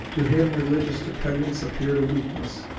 to him religious dependence appeared a weakness,